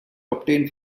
obtained